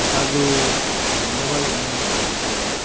असांजो अहमदाबाद वञण जो प्लैन ठहियो